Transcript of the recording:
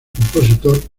compositor